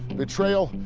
betrayal,